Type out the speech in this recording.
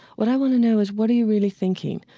what i want to know is what are you really thinking?